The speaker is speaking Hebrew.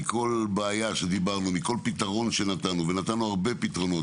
בעיה ופתרון שנתנו ונתנו הרבה פתרונות,